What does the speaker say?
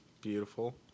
Beautiful